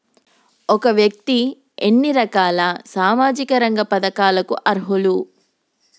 ఒక వ్యక్తి ఎన్ని సామాజిక రంగ పథకాలకు అర్హులు?